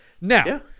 now